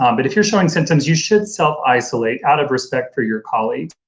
um but if you're showing symptoms you should self isolate out of respect for your colleagues,